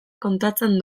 kontatzen